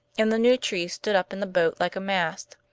and the new trees stood up in the boat like a mast,